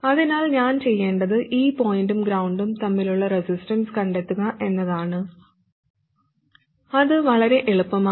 അതിനാൽ ഞാൻ ചെയ്യേണ്ടത് ഈ പോയിന്റും ഗ്രൌണ്ടും തമ്മിലുള്ള റെസിസ്റ്റൻസ് കണ്ടെത്തുക എന്നതാണ് അത് വളരെ എളുപ്പമാണ്